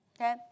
okay